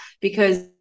because-